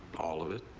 all of it?